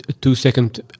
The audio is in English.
Two-second